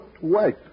wait